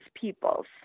peoples